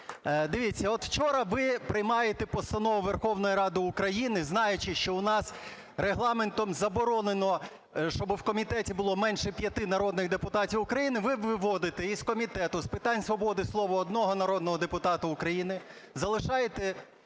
дивіться, от вчора ви приймаєте постанову Верховної Ради України, знаючи, що у нас Регламентом заборонено, щоби в комітеті було менше 5 народних депутатів України. Ви виводите із Комітету з питань свободи слова одного народного депутата України, залишаєте